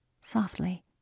softly